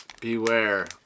Beware